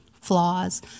flaws